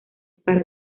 para